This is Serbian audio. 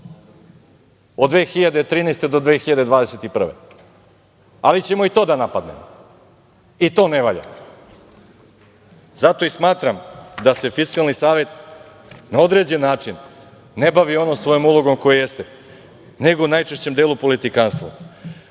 od 2013. do 2021. godine. Ali ćemo i to da napadnemo, i to ne valja. Zato i smatram da se Fiskalni savet na određeni način ne bavi onom svojom ulogom koja jeste, nego u najčešćem delu politikanstvom. Jel